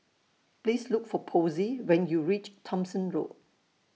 Please Look For Posey when YOU REACH Thomson Road